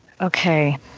Okay